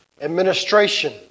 Administration